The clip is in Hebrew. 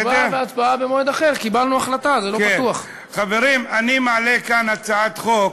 אנחנו עוברים לסעיף הבא שעל סדר-היום: הצעת חוק